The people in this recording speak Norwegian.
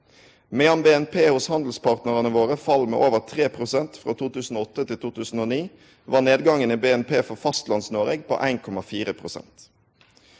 Medan BNP hos handelspartnarane våre fall med over 3 pst. frå 2008 til 2009, var nedgangen i BNP for Fastlands-Noreg på 1,4 pst.